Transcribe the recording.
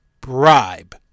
bribe